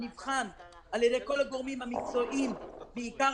נבחן על ידי כל הגורמים המקצועיים בעיקר